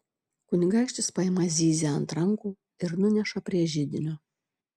kunigaikštis paima zyzią ant rankų ir nuneša prie židinio